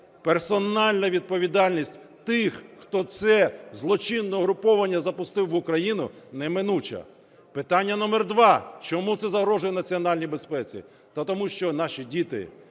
Персональна відповідальність тих, хто це злочинне угруповання запустив в Україну, неминуча. Питання номер два. Чому це загрожує національній безпеці? Тому що наші діти,